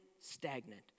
stagnant